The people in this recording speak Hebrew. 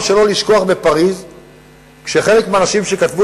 אני לא יכול שלא לשכוח שחלק מהאנשים שכתבו